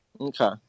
Okay